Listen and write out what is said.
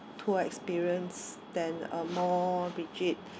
tour experience than a more rigid